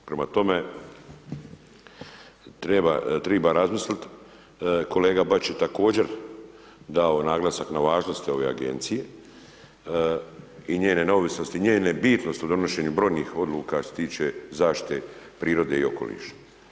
Prema tome, triba razmisliti, kolega Bačić je također dao naglasak na važnosti ove Agencije i njene neovisnosti, njene bitnosti u donošenju brojnih odluka što se tiče zaštite prirode i okoliša.